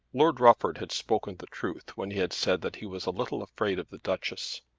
lord rufford had spoken the truth when he had said that he was a little afraid of the duchess.